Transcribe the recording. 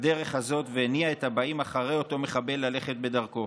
ובדרך הזאת הניע את הבאים אחרי אותו מחבל ללכת בדרכו.